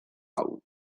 hau